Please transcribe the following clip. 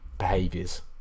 behaviors